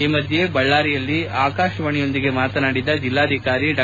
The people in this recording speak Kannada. ಈ ಮಧ್ಯೆ ಬಳ್ಳಾರಿಯಲ್ಲಿ ಆಕಾಶವಾಣಿಯೊಂದಿಗೆ ಮಾತನಾಡಿದ ಜಿಲ್ಲಾಧಿಕಾರಿ ಡಾ